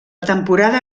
temporada